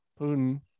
Putin